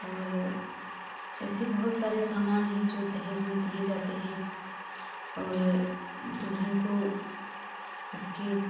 और ऐसे बहुत सारे समान है जो दहेज़ में दिए जाते हैं दुल्हन को उसके